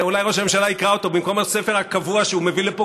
אולי ראש הממשלה יקרא אותו במקום הספר הקבוע שהוא מביא לפה,